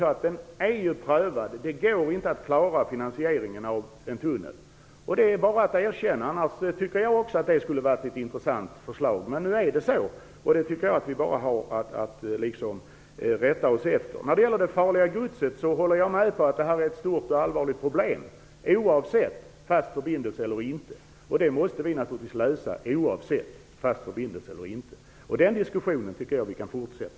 Det är bara att erkänna att det inte går att klara finansieringen av en tunnel, annars hade jag också tyckt att det skulle varit ett intressant förslag. Men nu är det på detta vis, och det är något som vi bara har att rätta oss efter. När det gäller det farliga godset håller jag med om att det är ett stort och allvarligt problem som måste lösas, och det oavsett om det är en fast förbindelse eller inte. Den diskussionen tycker jag att vi kan fortsätta.